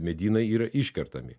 medynai yra iškertami